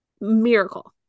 miracle